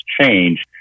change